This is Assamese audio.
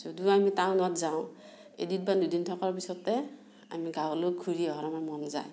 যদিও আমি টাউনত যাওঁ এদিন বা দুদিন থকাৰ পিছতে আমি গাঁৱলৈ ঘূৰি অহাৰ আমাৰ মন যায়